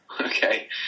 okay